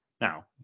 Now